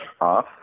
off